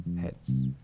heads